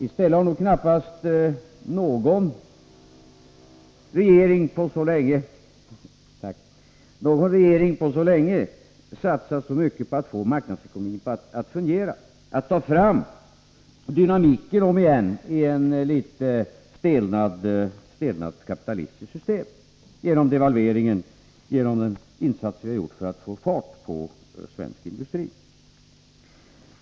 I stället har knappast någon regering satsat så mycket på att få marknadsekonomin att fungera, att omigen ta fram dynamikeni ett litet stelnat kapitalistiskt system — genom devalveringen och genom de insatser som vi har gjort för att få fart på svensk industri.